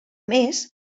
més